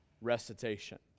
recitation